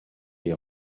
les